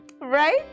right